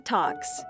Talks